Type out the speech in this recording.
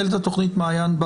גורן,